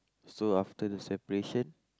so after the separation